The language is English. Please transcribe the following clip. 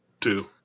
two